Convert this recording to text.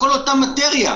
הכול אותה מטריה.